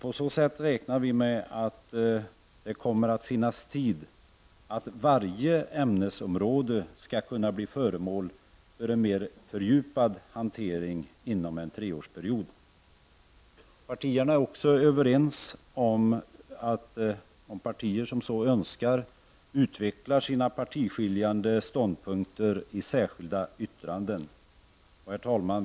På så sätt räknar utskottet med att det kommer att finnas utrymme för att varje ämnesområde skall kunna bli föremål för en mer fördjupad hantering inom en treårsperiod. Partierna är också överens om att de partier som så önskar kan utveckla sina partiskiljande ståndpunkter i särskilda yttranden. Herr talman!